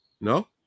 no